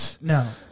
No